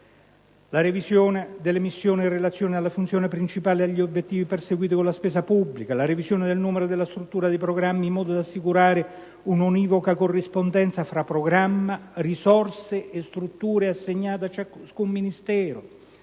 revisione delle missioni in relazione alle funzioni principali e agli obiettivi perseguiti con la spesa pubblica; revisione del numero e della struttura dei programmi in modo da assicurare un'univoca corrispondenza fra programma, risorse e strutture assegnate a ciascun Ministero